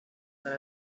than